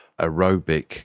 aerobic